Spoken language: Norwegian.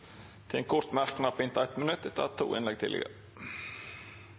til en kort merknad, begrenset til 1 minutt. Til